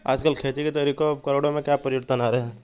आजकल खेती के तरीकों और उपकरणों में क्या परिवर्तन आ रहें हैं?